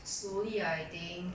slowly ah I think